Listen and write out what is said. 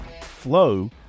flow